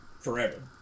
Forever